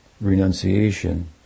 renunciation